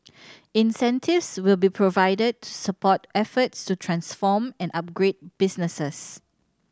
incentives will be provided to support efforts to transform and upgrade businesses